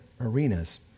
arenas